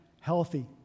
healthy